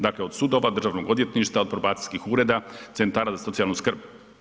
Dakle, od sudova, Državnog odvjetništva, od probacijskih ureda, centara za socijalnu skrb.